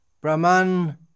Brahman